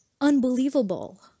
unbelievable